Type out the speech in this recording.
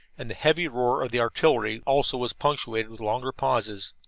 and the heavy roar of the artillery also was punctuated with longer pauses.